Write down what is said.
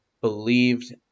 believed